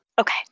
Okay